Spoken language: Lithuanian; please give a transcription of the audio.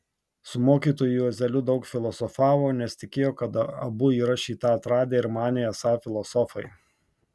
su mokytoju juozeliu daug filosofavo nes tikėjo kad abu yra šį tą atradę ir manė esą filosofai